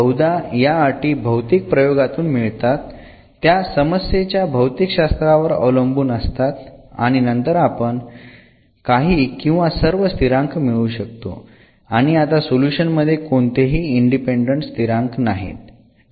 बहुदा या अटी भौतिक प्रयोगातून मिळतात त्या समस्येच्या भौतिकशास्त्रावर अवलंबून असतात आणि नंतर आपन काही किंवा सर्व स्थिरांक मिळवू शकतो आणि आता सोल्युशन मध्ये कोणतेही इंडिपेंडंट स्थिरांक नाहीत